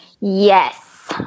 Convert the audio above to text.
Yes